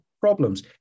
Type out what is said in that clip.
problems